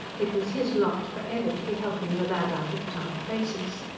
it was his lot for ever to be helping the lad out of tight places.